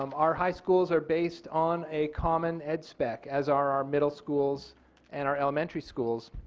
um our high schools are based on a common ed spec as are our middle schools and our elementary schools.